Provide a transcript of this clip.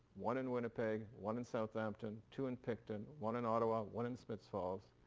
one in winnipeg, one in southampton, two in picton, one in ottawa, one in smiths falls,